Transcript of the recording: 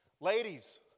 Ladies